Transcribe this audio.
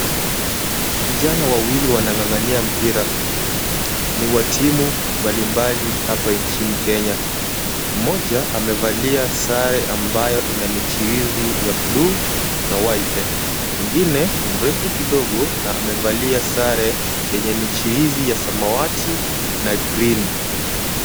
Vijana wawili wanang'ang'ania mpira. Ni wa timu mbali mbali hapa nchini Kenya. Mmoja amevalia sare ambayo ina michirizi ya buluu na white . Mwingine ni mrefu kidogo na amevalia sare yenye michirizi ya samawati na green .